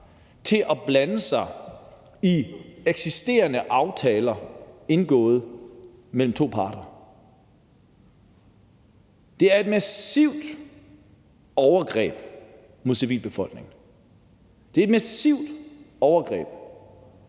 til at blande sig i eksisterende aftaler indgået mellem to parter. Det er et massivt overgreb mod civilbefolkningen. Det er et massivt overgreb,